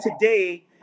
today